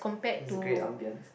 is a great ambience